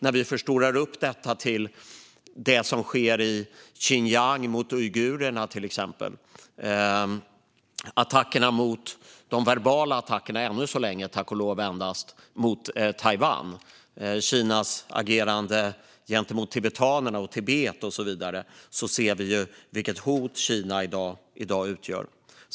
När vi förstorar upp detta till det som sker mot uigurerna i Xinjiang, till exempel, eller till attackerna på Taiwan - som än så länge endast är verbala, tack och lov - samt Kinas agerande mot tibetanerna och Tibet och så vidare ser vi vilket hot Kina i dag utgör.